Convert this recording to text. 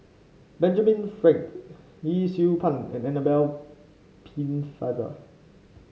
Benjamin Frank Yee Siew Pun and Annabel Pennefather